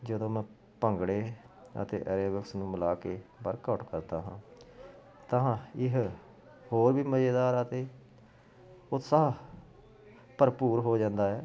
ਜਦੋਂ ਮੈਂ ਭੰਗੜੇ ਅਤੇ ਐਰੋਬਿਕਸ ਨੂੰ ਮਿਲਾ ਕੇ ਵਰਕਆਊਟ ਕਰਦਾ ਹਾਂ ਤਾਂ ਇਹ ਹੋਰ ਵੀ ਮਜ਼ੇਦਾਰ ਆ ਅਤੇ ਉਤਸਾਹ ਭਰਪੂਰ ਹੋ ਜਾਂਦਾ ਹੈ